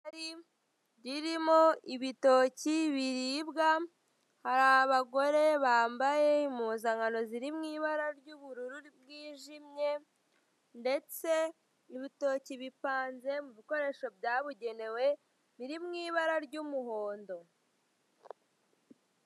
Ririmo ibitoki biribwa hari abagore bambaye impuzankano ziri mu ibara ry'ubururu bwijimye ndetse ibitoki bipanze mu bikoresho byabugenewe biri mu ibara ry'umuhondo.